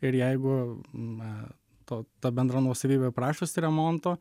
ir jeigu na to ta bendra nuosavybė prašosi remonto